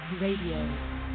Radio